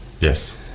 Yes